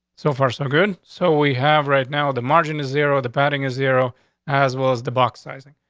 so far, so good. so we have. right now, the margin is zero the batting zero as well as the box sizing.